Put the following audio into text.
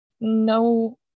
no